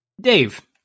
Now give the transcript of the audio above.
dave